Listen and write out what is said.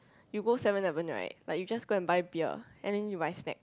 you go Seven Eleven right like you just go and buy beer and then you buy snack